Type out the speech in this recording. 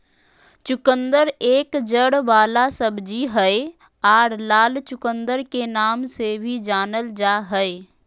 चुकंदर एक जड़ वाला सब्जी हय आर लाल चुकंदर के नाम से भी जानल जा हय